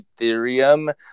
ethereum